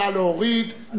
נא להוריד.